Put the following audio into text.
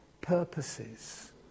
purposes